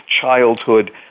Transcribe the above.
childhood